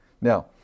Now